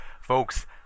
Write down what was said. folks